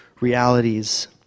realities